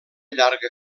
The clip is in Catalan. llarga